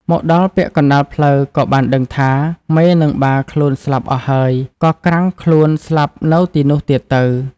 មកដល់ពាក់កណ្ដាលផ្លូវក៏បានដឹងថា មេ និងបាខ្លួនស្លាប់អស់ហើយ ក៏ក្រាំងខ្លួនស្លាប់នៅទីនោះទៀតទៅ។